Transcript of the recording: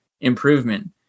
improvement